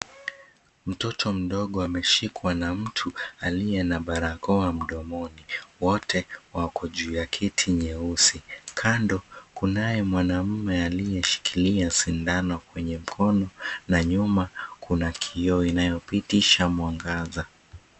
Mtoto mdogo ameshikwa na mtu aliye na barakoa mdomoni. Wote wako juu ya kiti nyeusi. Kando kunaye mwanaume aliyeshikilia sindano kwenye mkono na nyuma kuna kioo inayopitisha mwangaza.